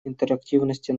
интерактивности